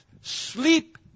sleep